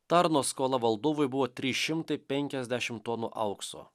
tarno skola valdovui buvo trys šimtai penkiasdešimt tonų aukso